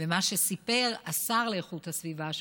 ומה שסיפר השר לאיכות הסביבה,